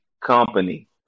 Company